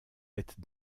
êtes